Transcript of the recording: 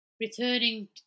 returning